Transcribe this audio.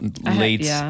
late